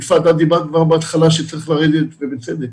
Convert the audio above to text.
יפעת, את אמרת כבר בהתחלה שצריך לרדת, ובצדק,